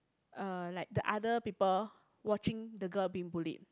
uh like the other people watching the girl being bullied